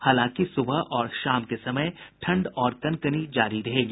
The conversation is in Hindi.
हालांकि सुबह और शाम के समय ठंड और कनकनी जारी रहेगी